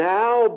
now